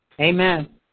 Amen